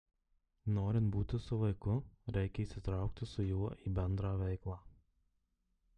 norint būti su vaiku reikia įsitraukti su juo į bendrą veiklą